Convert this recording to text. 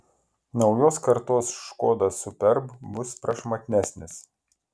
naujos kartos škoda superb bus prašmatnesnis